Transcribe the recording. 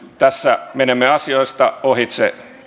tässä menemme asioista ohitse